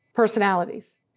Personalities